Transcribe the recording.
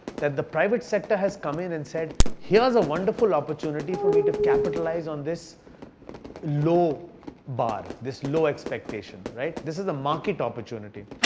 that the private sector has come in and said here's a wonderful opportunity for me to capitalize on this low bar. this low expectation. this is a market opportunity.